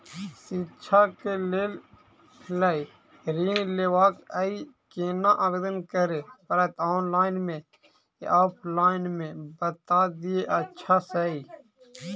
शिक्षा केँ लेल लऽ ऋण लेबाक अई केना आवेदन करै पड़तै ऑनलाइन मे या ऑफलाइन मे बता दिय अच्छा सऽ?